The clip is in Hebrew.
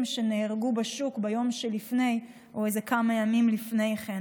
נהרגו בשוק ביום שלפני או כמה ימים לפני כן.